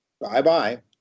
Bye-bye